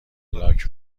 لاک